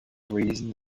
reason